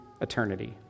eternity